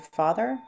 father